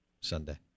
Sunday